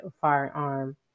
firearm